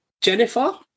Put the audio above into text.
Jennifer